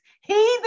heathen